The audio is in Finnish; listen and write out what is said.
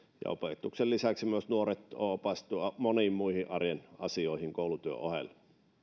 ja opetuksen lisäksi myös nuoret on opastettu moniin muihin arjen asioihin koulutyön ohella